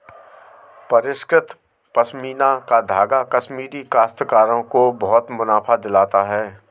परिष्कृत पशमीना का धागा कश्मीरी काश्तकारों को बहुत मुनाफा दिलवाता है